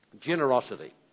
Generosity